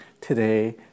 today